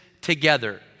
together